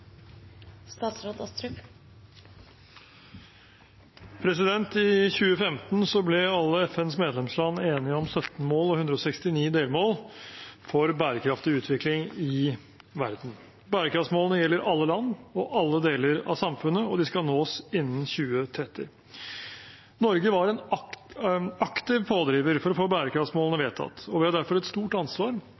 I 2015 ble alle FNs medlemsland enige om 17 mål og 169 delmål for bærekraftig utvikling i verden. Bærekraftsmålene gjelder alle land og alle deler av samfunnet, og de skal nås innen 2030. Norge var en aktiv pådriver for å få bærekraftsmålene vedtatt, og vi har derfor et stort ansvar